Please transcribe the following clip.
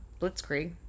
Blitzkrieg